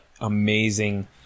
amazing